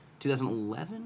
2011